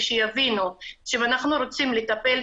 ושיבינו שאם אנחנו רוצים לטפל,